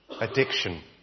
addiction